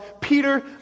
Peter